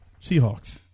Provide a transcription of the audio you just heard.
Seahawks